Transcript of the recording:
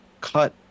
cut